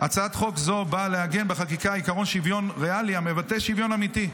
הצעת חוק זו באה לעגן בחקיקה עקרון שוויון ריאלי המבטא שוויון אמיתי,